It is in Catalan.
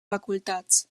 facultats